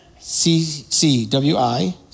CCWI